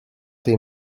tej